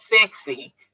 sexy